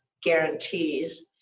guarantees